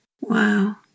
wow